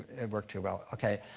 it worked too well. okay,